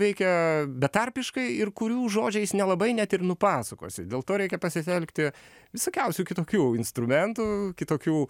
veikia betarpiškai ir kurių žodžiais nelabai net ir nupasakosi dėl to reikia pasitelkti visokiausių kitokių instrumentų kitokių